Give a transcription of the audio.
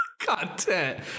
content